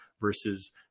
versus